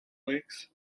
lakes